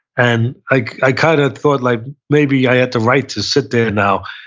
and i i kind of thought like maybe i had the right to sit there now,